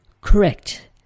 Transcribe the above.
Correct